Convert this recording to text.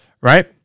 right